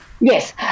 Yes